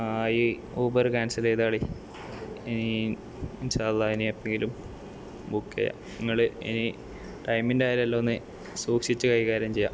ആ ഈ Uber cancel ചെയ്തോളൂ ഇനി ഇൻഷാ അള്ളാ ഇനി എപ്പോഴെങ്കിലും ബുക്ക് ചെയ്യാം ഇങ്ങള് ഇനി ടൈമിൻ്റെ കാര്യം എല്ലാമൊന്ന് സൂക്ഷിച്ച് കൈകാര്യം ചെയ്യുക